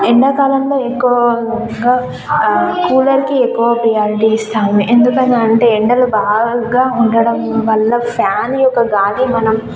ఎండాకాలంలో ఎక్కువగా కూలర్కి ఎక్కువ ప్రయారిటీ ఇస్తాం ఎందుకని అంటే ఎండలు బాగా ఉండడం వల్ల ఫ్యాన్ యొక్క గాలి మనం